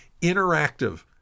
interactive